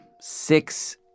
Six